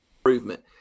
improvement